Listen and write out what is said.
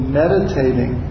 meditating